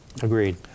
Agreed